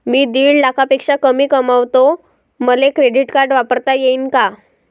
मी दीड लाखापेक्षा कमी कमवतो, मले क्रेडिट कार्ड वापरता येईन का?